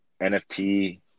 NFT